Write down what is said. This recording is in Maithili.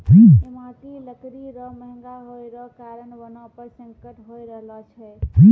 ईमारती लकड़ी रो महगा होय रो कारण वनो पर संकट होय रहलो छै